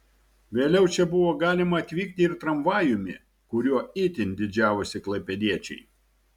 vėliau čia buvo galima atvykti ir tramvajumi kuriuo itin didžiavosi klaipėdiečiai